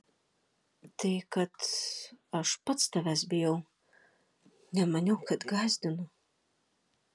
tai kad aš pats tavęs bijau nemaniau kad gąsdinu